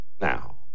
now